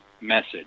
message